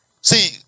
See